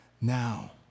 now